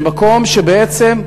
ממקום שבעצם,